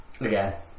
Again